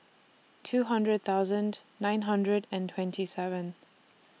two hundred thousand nine hundred and twenty seven